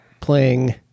playing